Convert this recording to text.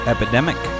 Epidemic